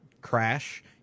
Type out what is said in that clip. crash